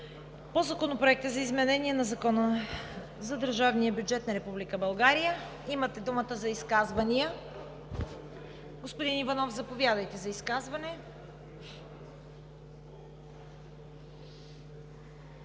по Законопроекта за изменение на Закона за държавния бюджет на Република България. Имате думата за изказвания. Господин Иванов, заповядайте за изказване.